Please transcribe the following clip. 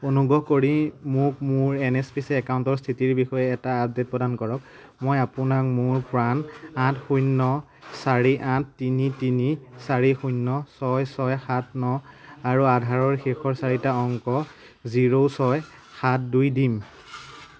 অনুগ্ৰহ কৰি মোক মোৰ এন এছ পি চি একাউণ্টৰ স্থিতিৰ বিষয়ে এটা আপডেট প্ৰদান কৰক মই আপোনাক মোৰ পান আঠ শূন্য চাৰি আঠ তিনি তিনি চাৰি শূন্য ছয় ছয় সাত ন আৰু আধাৰৰ শেষৰ চাৰিটা অংক জিৰ' ছয় সাত দুই দিম